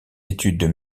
études